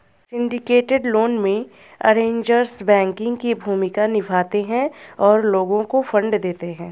syndicated loan में, arrangers banking की भूमिका निभाते हैं और लोगों को फंड देते हैं